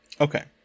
Okay